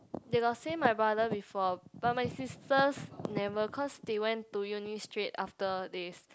they got say my brother before but my sisters never cause they went to Uni straight after they